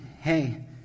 hey